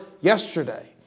yesterday